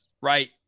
right